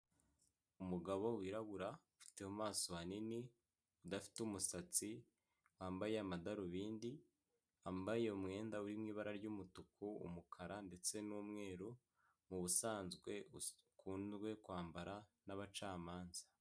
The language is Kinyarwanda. Umugabo wirabura afite mu maso hanini udafite umusatsi wambaye amadarubindi wambaye umwenda uriri mu ibara ry'umutuku, umukara ndetse n'umweru, mu busanzwe kwambara n'abacamanza.